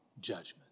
judgment